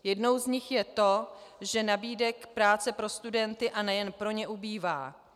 Jednou z nich je to, že nabídek práce pro studenty, a nejen pro ně, ubývá.